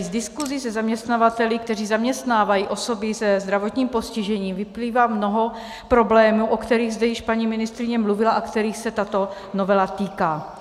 Z diskusí se zaměstnavateli, kteří zaměstnávají osoby se zdravotním postižením, vyplývá mnoho problémů, o kterých zde již paní ministryně mluvila a kterých se tato novela týká.